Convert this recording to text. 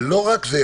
לא רק זה,